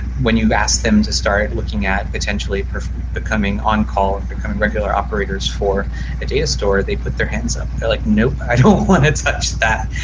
when you ask them to start looking at potentially becoming on-call and become regular operators for the data store, they put their hands up. they're like, nope. i don't want to touch that.